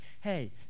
hey